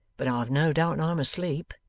but i have no doubt i'm asleep.